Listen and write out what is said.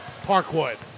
Parkwood